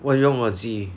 我用耳机